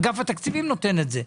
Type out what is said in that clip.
אגף התקציבים נותן את זה.